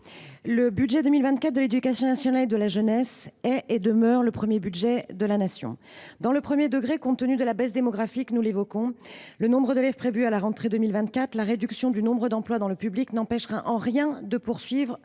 le budget 2024 de l’éducation nationale et de la jeunesse est, et demeure, le premier budget de la Nation. Dans le premier degré, compte tenu de la baisse démographique déjà évoquée à la rentrée 2024, la réduction du nombre d’emplois dans le public n’empêchera en rien la poursuite